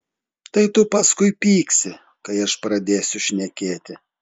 tai tu paskui pyksi kai aš pradėsiu šnekėti